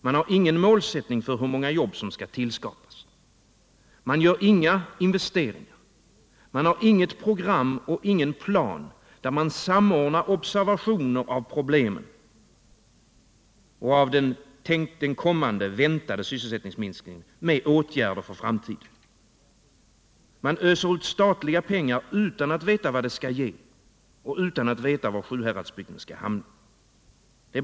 Man har ingen målsättning för hur många jobb som skall tillskapas. Man gör inga investeringar. Man har inget program och ingen plan, där man samordnar observationer av problemen och den väntade sysselsättningsminskningen med åtgärder för framtiden. Man öser ut statliga pengar utan att veta vad de skall ge och utan att veta var Sjuhäradsbygden skall hamna.